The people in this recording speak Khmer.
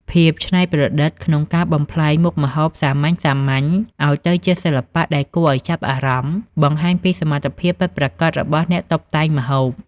ភាពច្នៃប្រឌិតក្នុងការបំប្លែងមុខម្ហូបសាមញ្ញៗឱ្យទៅជាសិល្បៈដែលគួរឱ្យចាប់អារម្មណ៍ បង្ហាញពីសមត្ថភាពពិតប្រាកដរបស់អ្នកតុបតែងម្ហូប។